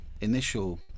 initial